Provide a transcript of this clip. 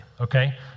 okay